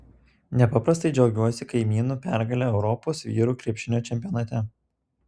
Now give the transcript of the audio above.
nepaprastai džiaugiuosi kaimynų pergale europos vyrų krepšinio čempionate